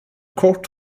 court